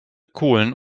kohlen